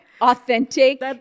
Authentic